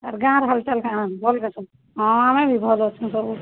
ଆଉ ଗାଁର ହାଲଚାଲ କାଣା ଭଲ୍ରେ ସବୁ ହଁ ଆମେ ବି ଭଲ୍ ଅଛୁ ସବୁ